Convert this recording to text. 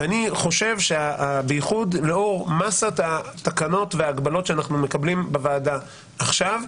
אני חושב שלאור מסת התקנות וההגבלות שאנחנו מקבלים בוועדה עכשיו,